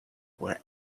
where